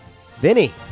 Vinny